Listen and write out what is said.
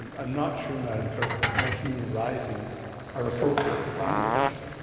i'm not sure, madam clerk, that motion arising are appropriate at planning commission.